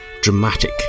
dramatic